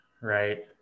right